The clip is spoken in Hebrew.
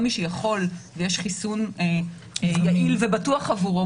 מי שיכול ויש חיסון יעיל ובטוח עבורו,